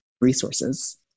resources